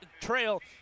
Trail